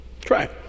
Try